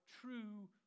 true